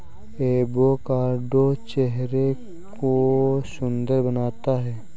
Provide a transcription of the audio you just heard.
avocado चेहरे को सुंदर बनाता है